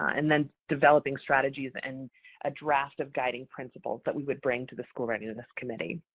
and then developing strategies and a draft of guiding principles that we would bring to the school readiness committee.